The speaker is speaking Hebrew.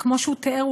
וכמו שהוא תיאר,